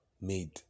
made